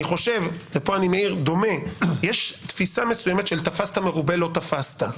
אני חושב - יש תפיסה של תפסת מרובה לא תפסת.